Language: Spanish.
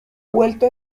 vuelto